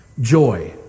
joy